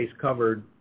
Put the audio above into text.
covered